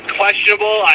questionable